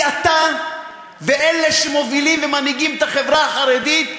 כי אתה ואלה שמובילים ומנהיגים את החברה החרדית,